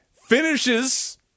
Finishes